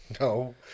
No